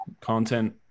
content